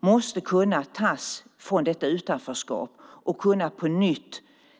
De måste kunna tas ur detta utanförskap och på nytt kunna